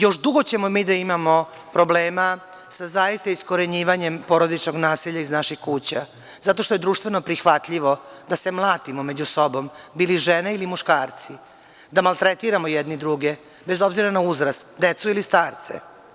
Još dugo ćemo mi da imamo problema sa zaista iskorenjivanjem porodičnog nasilja iz naših kuća zato što je društveno prihvatljivo da se mlatimo među sobom bili žene ili muškarci, da maltretiramo jedni druge bez obzira na uzrast decu ili starce.